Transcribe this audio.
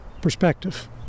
perspective